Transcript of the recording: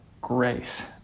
grace